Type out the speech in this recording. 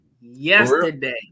yesterday